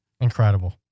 Incredible